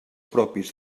propis